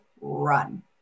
run